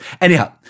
Anyhow